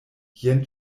jen